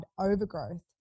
overgrowth